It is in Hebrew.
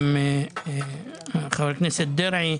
עם חבר הכנסת דרעי,